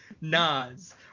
nas